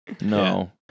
no